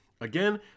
Again